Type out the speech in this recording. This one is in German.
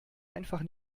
einfach